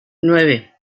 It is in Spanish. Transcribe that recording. nueve